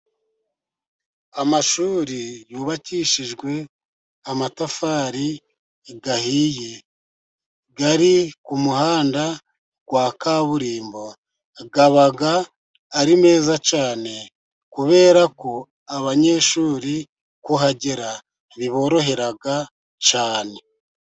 Amashuri yubakishijwe amatafari ahiye ari ku muhanda wa kaburimbo, akaba ari meza cyane kubera ko abanyeshuri kuhagera biborohera cyane.